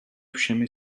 všemi